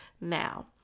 Now